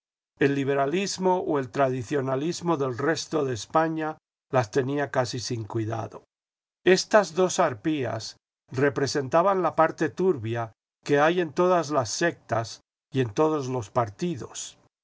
el liberalismo o el tradicionalismo del resto de españa las tenía casi sin cuidado estas dos arpías representaban la parte turbia que hay en todas las sectas y en todos los partidos